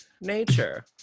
Nature